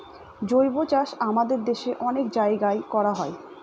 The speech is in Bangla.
জৈবচাষ আমাদের দেশে অনেক জায়গায় করা হয়